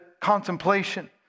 contemplation